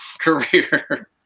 career